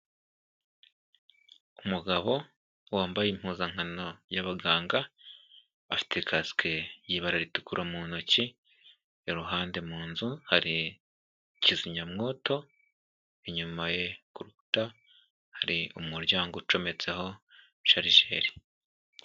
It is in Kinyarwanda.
Umugabo wambaye impuzankano y'abaganga, afite kasike y'ibara ritukura mu ntoki, iruhande mu nzu hari kizimyamwoto, inyuma ye ku rukuta hari umuryango ucometseho sharijeri.